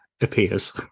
appears